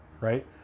right